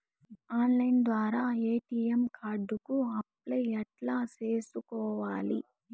Online ద్వారా ATM card కు apply ఎట్లా సేసుకోవాలి?